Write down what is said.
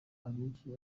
abenshi